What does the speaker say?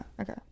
Okay